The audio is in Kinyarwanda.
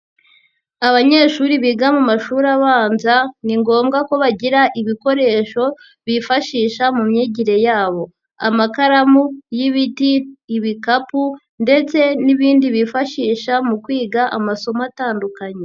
Abanyeshuri biga mu mashuri abanza ni ngombwa ko bagira ibikoresho bifashisha mu myigire yabo, amakaramu y'ibiti, ibikapu ndetse n'ibindi bifashisha mu kwiga amasomo atandukanye.